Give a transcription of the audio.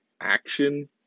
action